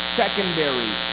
secondary